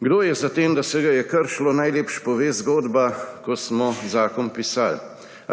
Kdo je za tem, da se ga je kršilo, najlepše pove zgodba, ko smo zakon pisali.